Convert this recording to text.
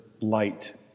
light